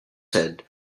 said